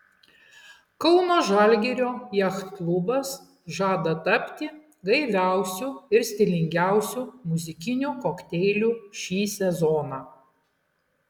kauno žalgirio jachtklubas žada tapti gaiviausiu ir stilingiausiu muzikiniu kokteiliu šį sezoną